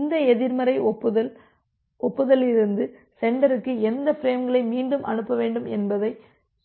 இந்த எதிர்மறை ஒப்புதல் இலிருந்து சென்டருக்கு எந்த பிரேம்களை மீண்டும் அனுப்ப வேண்டும் என்பதை